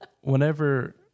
whenever